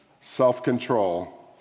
self-control